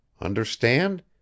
Understand